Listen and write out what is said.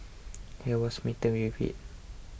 he was smitten with it